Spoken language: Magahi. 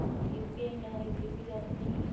यू.पी.आई न हई फिर भी जा सकलई ह?